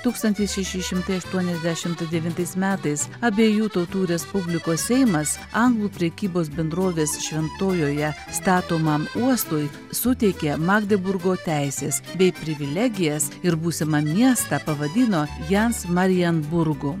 tūkstantis šeši šimtai aštuoniasdešimt devintais metais abiejų tautų respublikos seimas anglų prekybos bendrovės šventojoje statomam uostui suteikė magdeburgo teises bei privilegijas ir būsimą miestą pavadino jans marienburgu